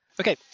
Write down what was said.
Okay